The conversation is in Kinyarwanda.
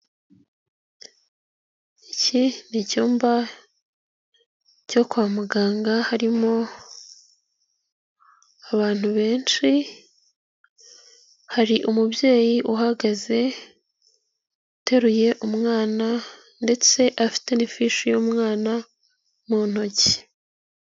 Iki ni icyumba cyo kwa muganga harimo abantu benshi, hari umubyeyi uhagaze uteruye umwana ndetse afite n'ifishi y'umwana mu ntoki.